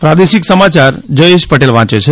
પ્રાદેશિક સમાચાર જયેશ પટેલ વાંચે છે